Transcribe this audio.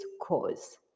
cause